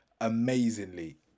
amazingly